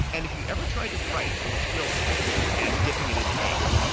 and if you ever try to write with a quill pen and dipping it in ink,